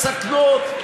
יש בינינו חילוקי דעות,